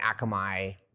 Akamai